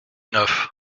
neuf